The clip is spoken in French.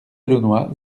launois